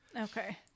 okay